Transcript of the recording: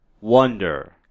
wonder